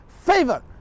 favor